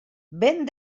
vent